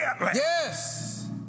Yes